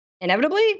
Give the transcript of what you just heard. inevitably